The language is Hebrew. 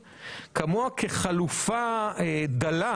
כמוה כחלופה דלה